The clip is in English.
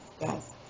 yes